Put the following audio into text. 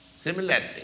Similarly